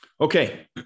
Okay